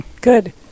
good